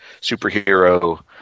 superhero